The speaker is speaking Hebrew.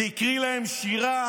הקריא להם שירה